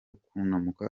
kunanuka